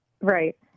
Right